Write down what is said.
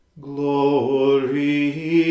Glory